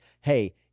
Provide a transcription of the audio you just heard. hey